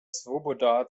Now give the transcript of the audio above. swoboda